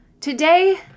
today